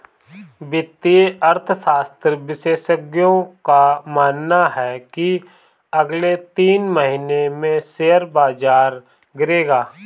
वित्तीय अर्थशास्त्र विशेषज्ञों का मानना है की अगले तीन महीने में शेयर बाजार गिरेगा